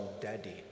Daddy